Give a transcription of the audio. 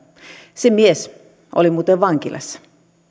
se mies oli muuten vankilassa